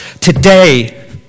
today